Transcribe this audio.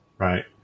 Right